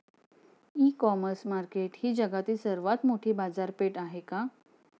इ commerce market ही जगातील सर्वात मोठी बाजारपेठ आहे का?